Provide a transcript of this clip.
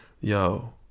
Yo